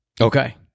Okay